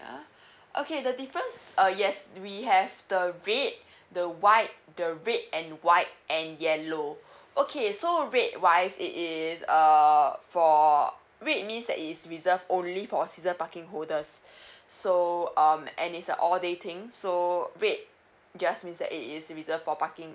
ah okay the difference uh yes we have the red the white the red and white and yellow okay so red wise it is err for red means that is reserved only for season parking holders so um and it's a all day thing so red just means that it is reserved for parking